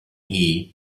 hee